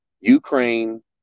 Ukraine